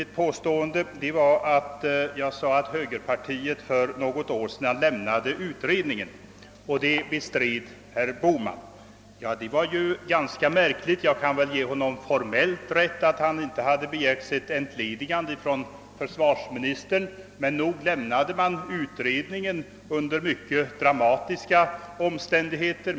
Det första felet skulle vara att jag sade att högerpartiet för något år sedan lämnade utredningen. Detta bestred herr Bohman. Det är ganska märkligt. Jag kan ge honom formellt rätt i att han inte begärde sitt entledigande av försvarsministern, men nog lämnade högerrepresentanterna utredningen under mycket dramatiska omständigheter.